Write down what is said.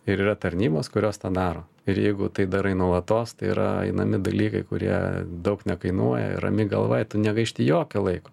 ir yra tarnybos kurios tą daro ir jeigu tai darai nuolatos tai yra einami dalykai kurie daug nekainuoja ir rami galva tu negaišti jokio laiko